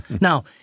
Now